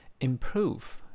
Improve